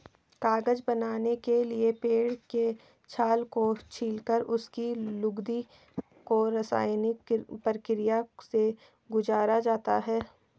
कागज बनाने के लिए पेड़ के छाल को छीलकर उसकी लुगदी को रसायनिक प्रक्रिया से गुजारा जाता है